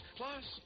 plus